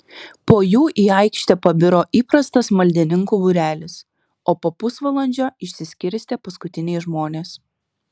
po jų į aikštę pabiro įprastas maldininkų būrelis o po pusvalandžio išsiskirstė paskutiniai žmonės